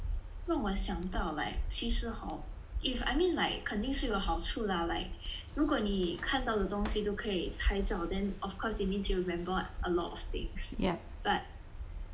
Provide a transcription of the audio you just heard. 让我想到 like 其实 hor if I mean like 肯定是有好处 lah like 如果你看到的东西都可以拍照 then of course it means you remember a lot of things but